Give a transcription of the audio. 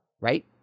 right